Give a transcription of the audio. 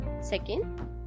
Second